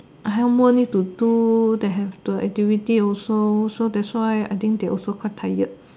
help more need to do that have the activity also so that's why I think they also quite tired